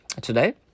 today